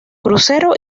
crucero